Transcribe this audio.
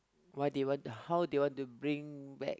why they want to how they want to bring back